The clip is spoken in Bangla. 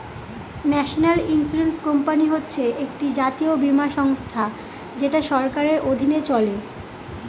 ন্যাশনাল ইন্সুরেন্স কোম্পানি হচ্ছে একটি জাতীয় বীমা সংস্থা যেটা সরকারের অধীনে চলে